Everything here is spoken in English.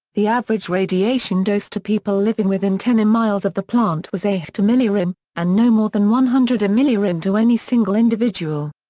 the average radiation dose to people living within ten and miles of the plant was eight millirem, and no more than one hundred millirem to any single individual.